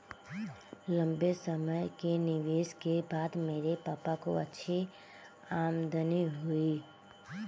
लंबे समय के निवेश के बाद मेरे पापा को अच्छी आमदनी हुई है